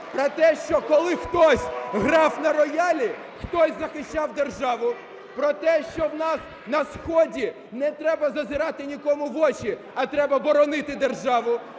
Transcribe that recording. Про те, що, коли хтось грав на роялі, хтось захищав державу. Про те, що в нас на сході не треба зазирати нікому в очі, а треба боронити державу.